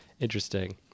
interesting